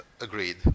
agreed